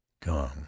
come